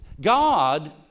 God